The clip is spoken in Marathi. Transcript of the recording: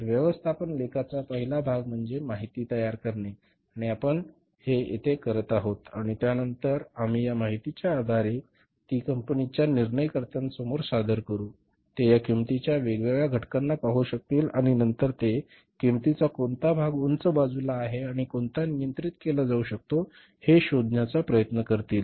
तर व्यवस्थापन लेखाचा पहिला भाग म्हणजे माहिती तयार करणे आणि आपण हे येथे करत आहोत आणि त्यानंतर आम्ही या माहितीच्या आधारे आम्ही ती कंपनीच्या निर्णयकर्त्यांसमोर सादर करू ते या किंमतीच्या वेगवेगळ्या घटकांना पाहू शकतील आणि नंतर ते किंमतीचा कोणता भाग उंच बाजूला आहे आणि कोणत्या नियंत्रित केला जाऊ शकतो हे शोधण्याचा प्रयत्न करतील